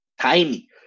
tiny